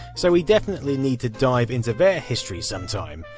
so we definitely need to dive into their history sometime.